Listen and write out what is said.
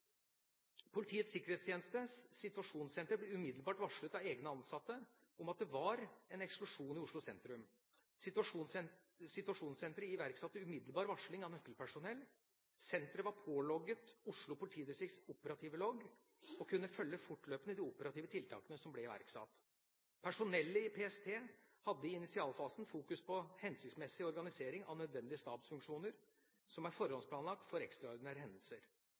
Politiets sikkerhetstjenestes situasjonssenter ble umiddelbart varslet av egne ansatte om at det var en eksplosjon i Oslo sentrum. Situasjonssenteret iverksatte umiddelbart varsling av nøkkelpersonell. Senteret var pålogget Oslo politidistrikts operative logg og kunne fortløpende følge de operative tiltakene som ble iverksatt. Personellet i PST hadde i initialfasen fokus på hensiktsmessig organisering av nødvendige stabsfunksjoner, som er forhåndsplanlagt for ekstraordinære hendelser.